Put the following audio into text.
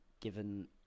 given